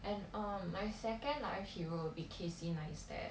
and um my second life hero would be casey neistat